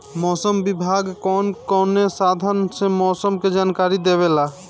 मौसम विभाग कौन कौने साधन से मोसम के जानकारी देवेला?